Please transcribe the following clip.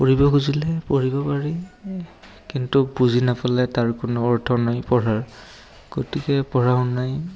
পঢ়িব খুজিলে পঢ়িব পাৰি কিন্তু বুজি নাপালে তাৰ কোনো অৰ্থ নাই পঢ়াৰ গতিকে পঢ়া শুনাই